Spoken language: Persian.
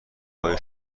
های